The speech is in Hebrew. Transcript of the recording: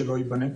שפשוט לא ייבנה.